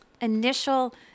initial